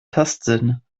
tastsinn